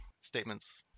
statements